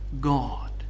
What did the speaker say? God